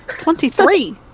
Twenty-three